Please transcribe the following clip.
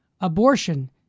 abortion